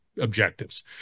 objectives